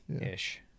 ish